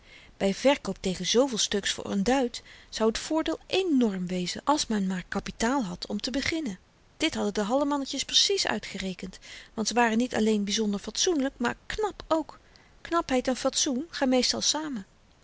by verkoop tegen zveel stuks voor n duit zou t voordeel enorm wezen als men maar kapitaal had om te beginnen dit hadden de hallemannetjes precies uitgerekend want ze waren niet alleen byzonder fatsoenlyk maar knap ook knapheid en fatsoen gaan meestal samen